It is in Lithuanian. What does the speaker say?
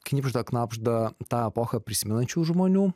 knibžda knabžda tą epochą prisimenančių žmonių